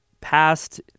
passed